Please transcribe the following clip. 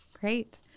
Great